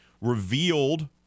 revealed